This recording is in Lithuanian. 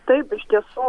taip iš tiesų